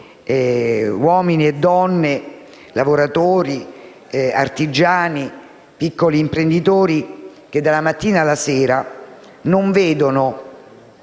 uomini e le donne, i lavoratori, gli artigiani e i piccoli imprenditori che, dalla mattina alla sera, non vedono